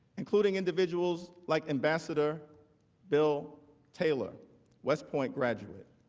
including individuals like ambassador bill taylor west point graduate